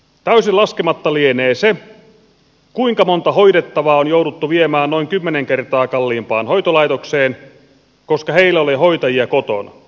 täysin laskematta lienee se kuinka monta hoidettavaa on jouduttu viemään noin kymmenen kertaa kalliimpaan hoitolaitokseen koska heillä ei ole hoitajia kotona